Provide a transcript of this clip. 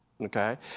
okay